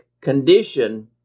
condition